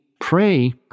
pray